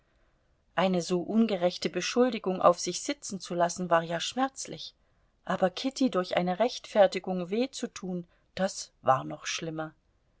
eine so ungerechte beschuldigung auf sich sitzen zu lassen war ja schmerzlich aber kitty durch eine rechtfertigung weh zu tun das war noch schlimmer